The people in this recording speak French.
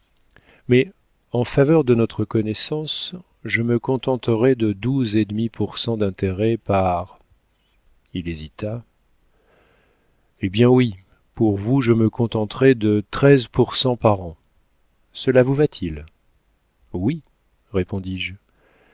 mais en faveur de notre connaissance je me contenterai de douze et demi pour cent d'intérêt par il hésita eh bien oui pour vous je me contenterai de treize pour cent par an cela vous va-t-il oui répondis-je